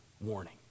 warning